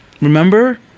remember